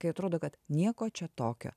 kai atrodo kad nieko čia tokio